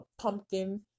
pumpkin